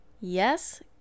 Yes